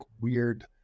weird